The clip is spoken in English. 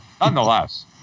nonetheless